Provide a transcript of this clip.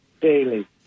daily